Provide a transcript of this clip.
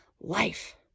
life